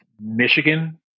Michigan